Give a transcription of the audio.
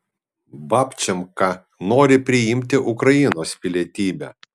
babčenka nori priimti ukrainos pilietybę